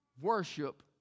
worship